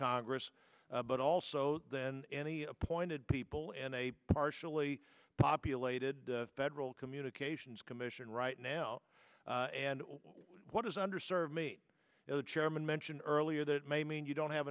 congress but also then any appointed people and a partially populated federal communications commission right now and what is under served me as the chairman mentioned earlier that may mean you don't have